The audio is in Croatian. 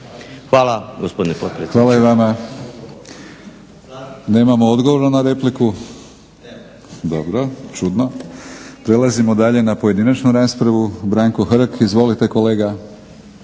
Milorad (HNS)** Hvala i vama. Nemamo odgovor na repliku? … /Upadica: Ne./… Dobro, čudno. Prelazimo dalje na pojedinačnu raspravu. Branko Hrg, izvolite kolega.